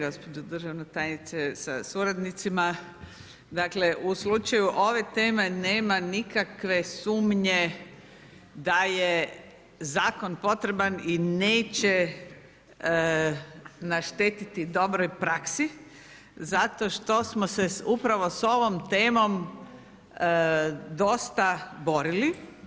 Gospođo državna tajnice sa suradnicima, dakle u slučaju ove teme nema nikakve sumnje da je zakon potreban i neće naštetiti dobroj praksi zato što smo se upravo s ovom temom dosta borili.